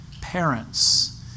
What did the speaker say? parents